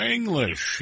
English